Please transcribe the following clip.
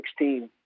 2016